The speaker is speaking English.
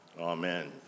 amen